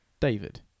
David